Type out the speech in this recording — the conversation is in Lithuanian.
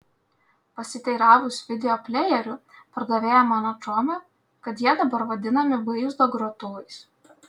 pasiteiravus videoplejerių pardavėja man atšovė kad jie dabar vadinami vaizdo grotuvais